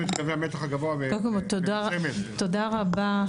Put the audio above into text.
תודה רבה, כבוד השר.